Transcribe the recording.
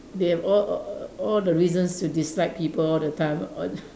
they have all all all the reasons to dislike people all the time all the